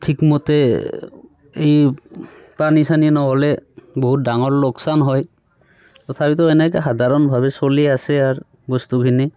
ঠিকমতে এই পানী চানী নহ'লে বহুত ডাঙৰ লোকচান হয় তথাপিতো এনেকৈ সাধাৰণভাৱে চলি আছে আৰু বস্তুখিনি